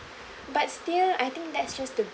but still I think that's just the